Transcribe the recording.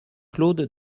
claude